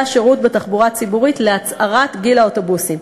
השירות בתחבורה הציבורית להצערת גיל האוטובוסים: